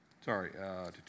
Sorry